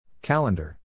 Calendar